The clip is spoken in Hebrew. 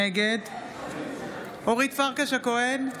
נגד אורית פרקש הכהן,